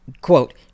quote